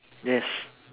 yes